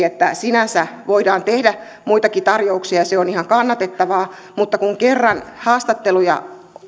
että sinänsä voidaan tehdä muitakin tarjouksia ja se on ihan kannatettavaa mutta kun kerran haastatteluja